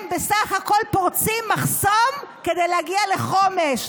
הם בסך הכול פורצים מחסום כדי להגיע לחומש.